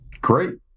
Great